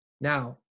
Now